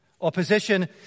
Opposition